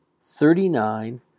thirty-nine